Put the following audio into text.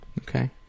Okay